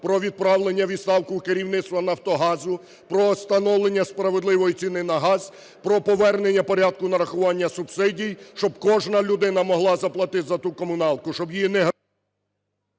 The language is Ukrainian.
про відправлення у відставку керівництва "Нафтогазу", про встановлення справедливої ціни на газ, про повернення порядку нарахування субсидій, щоб кожна людина могла заплатити за ту комуналку, щоб її…